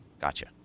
Gotcha